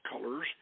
colors